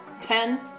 Ten